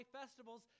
festivals